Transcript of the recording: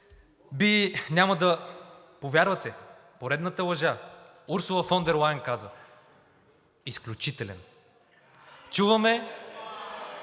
би няма да повярвате, че е поредната лъжа, но Урсула фон дер Лайен каза: „Изключителен!“. Чуваме,